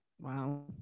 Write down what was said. Wow